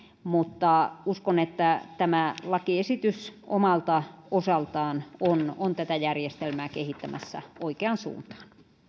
mutta uskon että tämä lakiesitys omalta osaltaan on on tätä järjestelmää kehittämässä oikeaan suuntaan